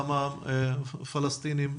כמה פלסטינים?